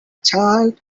child